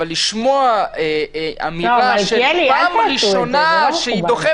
אבל לשמוע אמירה שפעם ראשונה שהיא דוחפת.